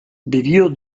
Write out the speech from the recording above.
vivió